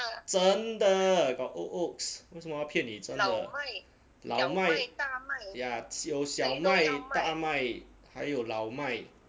真的 got old oats 为什么要骗你真的老麦 ya 有小麦大麦还有老麦